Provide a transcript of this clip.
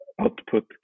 Output